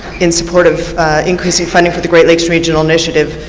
in support of increasing funding for the great lakes regional initiative.